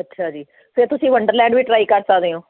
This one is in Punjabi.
ਅੱਛਾ ਜੀ ਫਿਰ ਤੁਸੀਂ ਵੰਡਰਲੈਂਡ ਵੀ ਟਰਾਈ ਕਰ ਸਕਦੇ ਹੋ